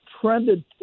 trended